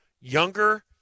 younger